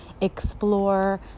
explore